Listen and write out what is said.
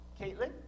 Caitlin